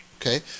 okay